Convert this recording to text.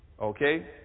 Okay